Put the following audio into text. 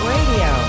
Radio